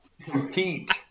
compete